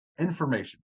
information